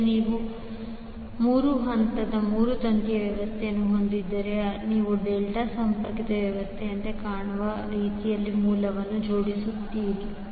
ಈಗ ನೀವು 3 ಹಂತ 3 ತಂತಿ ವ್ಯವಸ್ಥೆಯನ್ನು ಹೊಂದಿದ್ದರೆ ನೀವು ಡೆಲ್ಟಾ ಸಂಪರ್ಕಿತ ವ್ಯವಸ್ಥೆಯಂತೆ ಕಾಣುವ ರೀತಿಯಲ್ಲಿ ಮೂಲಗಳನ್ನು ಜೋಡಿಸುತ್ತೀರಿ